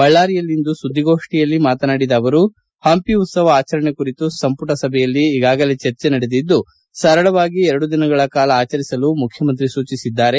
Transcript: ಬಳ್ಳಾರಿಯಲ್ಲಿಂದು ಸುದ್ದಿಗೋಷ್ಠಿಯಲ್ಲಿ ಮಾತನಾಡಿದ ಅವರು ಪಂಪಿ ಉತ್ಸವ ಆಚರಣೆ ಕುರಿತು ಸಂಪುಟ ಸಭೆಯಲ್ಲಿ ಈಗಾಗಲೇ ಚರ್ಚೆ ನಡೆದಿದ್ದು ಸರಳವಾಗಿ ಎರಡು ದಿನಗಳ ಕಾಲ ಆಚರಿಸಲು ಮುಖ್ಯಮಂತ್ರಿ ಸೂಚಿಸಿದ್ದಾರೆ